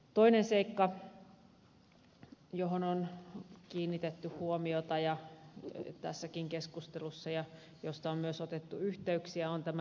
toinen seikka johon on kiinnitetty huomiota tässäkin keskustelussa ja josta on myös otettu yhteyksiä on tämä liikennetraktoriasia